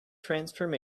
transform